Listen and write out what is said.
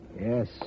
Yes